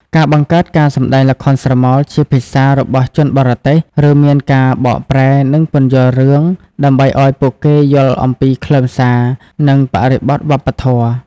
ការបង្កើតការសម្តែងល្ខោនស្រមោលជាភាសារបស់ជនបរទេស ឬមានការបកប្រែ និងពន្យល់រឿង ដើម្បីឲ្យពួកគេយល់អំពីខ្លឹមសារនិងបរិបទវប្បធម៌។